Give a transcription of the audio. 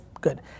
Good